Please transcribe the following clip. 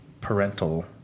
parental